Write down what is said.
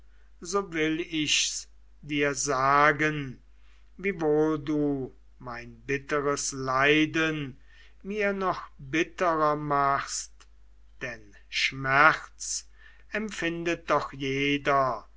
so will ich's dir sagen wiewohl du mein bitteres leiden mir noch bitterer machst denn schmerz empfindet doch jeder